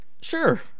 Sure